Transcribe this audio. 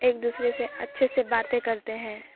ایک دوسرے سے اچھے سے باتیں کرتے ہیں